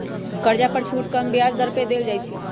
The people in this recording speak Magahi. कर्जा पर छुट कम ब्याज दर पर देल जाइ छइ